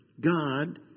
God